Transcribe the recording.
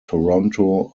toronto